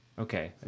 Okay